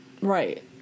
Right